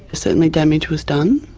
certainly damage was done.